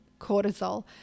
cortisol